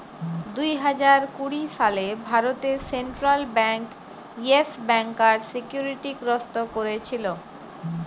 দুই হাজার কুড়ি সালে ভারতে সেন্ট্রাল বেঙ্ক ইয়েস ব্যাংকার সিকিউরিটি গ্রস্ত কোরেছিল